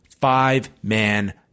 Five-man